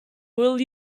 will